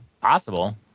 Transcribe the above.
Possible